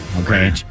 Okay